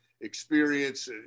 experience